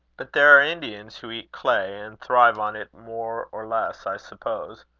but there are indians who eat clay, and thrive on it more or less, i suppose.